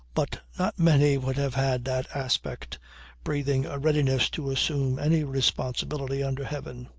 but not many would have had that aspect breathing a readiness to assume any responsibility under heaven.